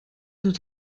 doet